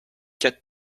get